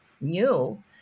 new